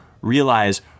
realize